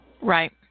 Right